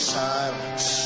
silence